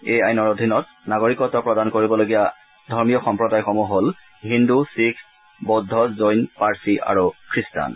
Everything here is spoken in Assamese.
এই আইনৰ অধীনত নাগৰিকত্ব প্ৰদান কৰিবলগীয়া সম্প্ৰদায়সমূহ হল হিন্দু শিখ বৌদ্ধ জৈন পাৰ্চী আৰু গ্ৰীষ্টান